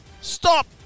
Stop